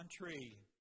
country